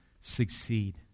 succeed